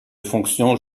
fonctions